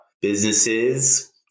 businesses